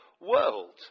world